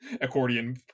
accordion